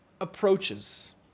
approaches